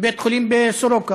בבית החולים סורוקה,